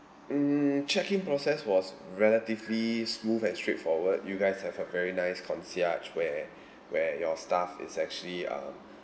mm check in process was relatively smooth and straight forward you guys have a very nice concierge where where your staff is actually um